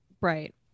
Right